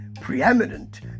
preeminent